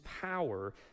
power